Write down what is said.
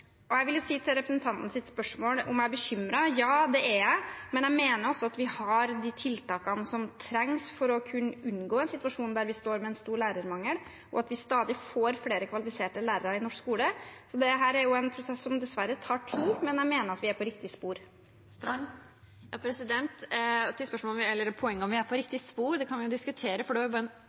Til representantens spørsmål om jeg er bekymret, vil jeg si: Ja, det er jeg, men jeg mener også at vi har de tiltakene som trengs for å kunne unngå en situasjon der vi står med en stor lærermangel, og at vi stadig får flere kvalifiserte lærere i norsk skole. Dette er en prosess som dessverre tar tid, men jeg mener vi er på riktig spor. Til spørsmålet, eller poenget, om vi er på riktig spor: Det kan vi diskutere, for